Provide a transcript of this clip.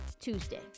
Tuesday